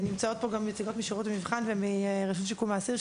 נמצאות פה גם נציגות משירות המבחן ומרשות שיקום האסיר,